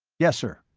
yes, sir.